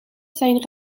zijn